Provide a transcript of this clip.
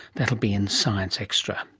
that'll be in science extra